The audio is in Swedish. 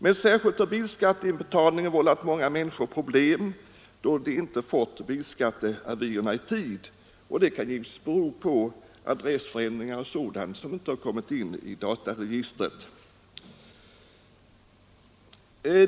Men särskilt har bilskatteinbetalningen vållat många människor problem, då de inte fått bilskatteavierna i tid. Det kan givetvis bero på att adressförändringar och andra uppgifter inte kommit in i bilregistret.